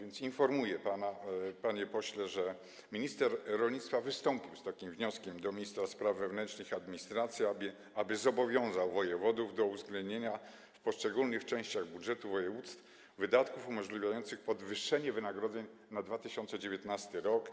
Informuję więc pana, panie pośle, że minister rolnictwa wystąpił z wnioskiem do ministra spraw wewnętrznych i administracji, aby zobowiązał wojewodów do uwzględnienia w poszczególnych częściach budżetów województw wydatków umożliwiających podwyższenie wynagrodzeń na 2019 r.